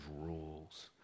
rules